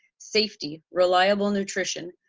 safety, reliable nutrition,